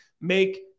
make